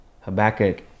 Habakkuk